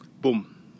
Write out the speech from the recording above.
boom